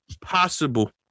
possible